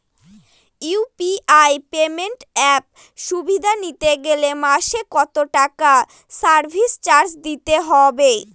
UPI payment অ্যাপের সুবিধা নিতে গেলে মাসে কত টাকা সার্ভিস চার্জ দিতে হবে?